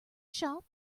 shop